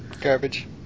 garbage